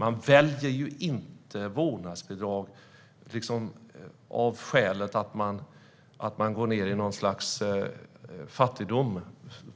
Man väljer ju inte vårdnadsbidrag av skälet att man går ned i något slags